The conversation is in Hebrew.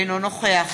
אינו נוכח